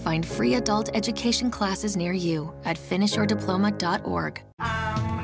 find free adult education classes near you and finish your diploma dot org